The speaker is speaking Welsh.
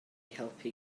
helpu